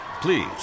Please